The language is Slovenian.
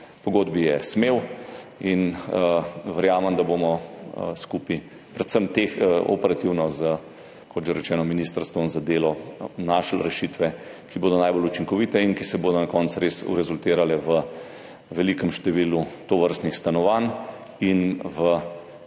pogodbi, je smel in verjamem, da bomo skupaj predvsem za operativni del z Ministrstvom za delo našli rešitve, ki bodo najbolj učinkovite in ki bodo na koncu res rezultirale v velikem številu tovrstnih stanovanj in v